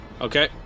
Okay